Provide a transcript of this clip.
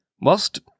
Whilst